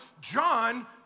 John